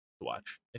watch